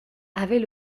avait